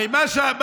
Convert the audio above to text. הרי מה אמרת?